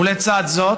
לצד זאת,